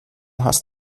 hast